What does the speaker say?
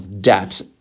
debt